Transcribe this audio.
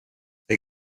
they